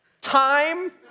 time